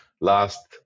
last